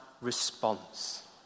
response